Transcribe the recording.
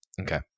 Okay